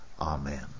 amen